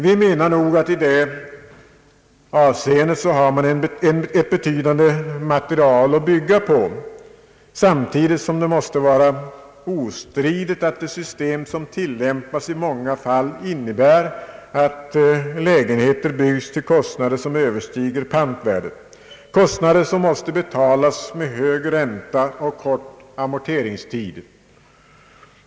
Vi menar att det redan finns ett betydande material i detta avseende att lägga till grund för bedömningar, samtidigt som det måste vara ostridigt att det system som tillämpas i många fall innebär att lägenheter byggs till kostnader som överstiger pantvärdet, kostnader som måste betalas med hög ränta och kort amorteringstid.